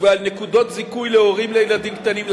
ועל נקודות זיכוי להורים לילדים קטנים,